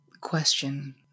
question